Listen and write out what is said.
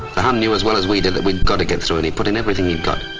the hun knew as well as we did that we'd got to get through and he put in everything he'd got.